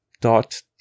dot